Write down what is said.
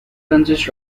consists